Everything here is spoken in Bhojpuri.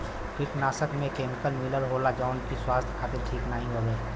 कीटनाशक में केमिकल मिलल होला जौन की स्वास्थ्य खातिर ठीक नाहीं हउवे